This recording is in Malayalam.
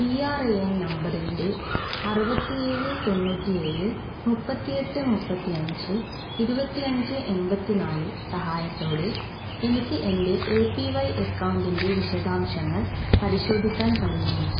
പി ആർ എ എൻ നമ്പറിൻ്റെ അറുപത്തിയേഴ് തൊണ്ണൂറ്റിയേഴ് മുപ്പത്തിയെട്ട് മുപ്പത്തിയഞ്ച് ഇരുപത്തിയഞ്ച് എൺപത്തി നാല് സഹായത്തോടെ എനിക്ക് എൻ്റെ എ പി വൈ അക്കൗണ്ടിൻ്റെ വിശദാംശങ്ങൾ പരിശോധിക്കാൻ കഴിയുമോ